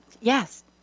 yes